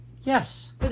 Yes